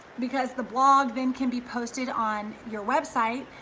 because the blog then can be posted on your website,